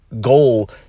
goal